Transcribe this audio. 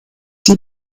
die